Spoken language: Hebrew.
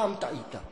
הפעם טעית.